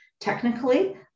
technically